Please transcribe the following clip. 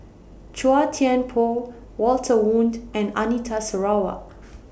Chua Thian Poh Walter Woon and Anita Sarawak